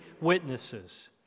witnesses